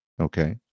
Okay